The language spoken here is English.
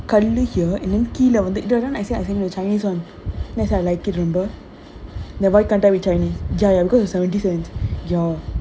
கண்ணு கீழ வந்து:kannu keezha vandhu here and then that [one] I send you is chinese [one] then I say I like it remember the இது:idhu with chinese ya ya because it's seventy cents ya